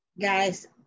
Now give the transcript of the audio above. guys